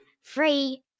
free